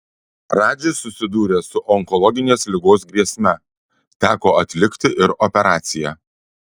radžis susidūrė su onkologinės ligos grėsme teko atlikti ir operaciją